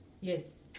Yes